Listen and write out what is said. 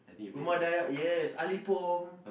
Rumah Dayak yes Ali Pom